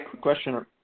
Question